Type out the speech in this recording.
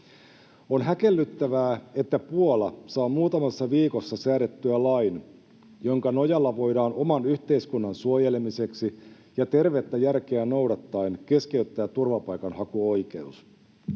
On häkellyttävää, että Puola saa muutamassa viikossa säädettyä lain, jonka nojalla voidaan oman yhteiskunnan suojelemiseksi ja tervettä järkeä noudattaen keskeyttää turvapaikanhakuoikeus.